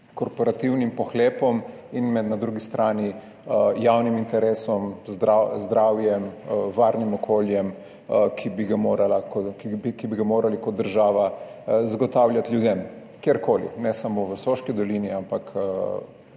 korporativnim pohlepom in na drugi strani javnim interesom, zdravjem, varnim okoljem, ki bi ga morali kot država zagotavljati ljudem, kjerkoli, ne samo v Soški dolini, ampak izenačeno